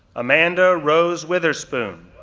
amanda rose witherspoon,